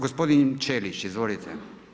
Gospodin Ćelić, izvolite.